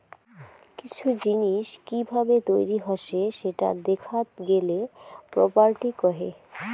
কিসু জিনিস কি ভাবে তৈরী হসে সেটা দেখাত গেলে প্রপার্টি কহে